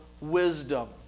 wisdom